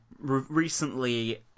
recently